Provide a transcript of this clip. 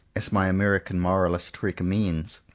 as my american moralist recommends,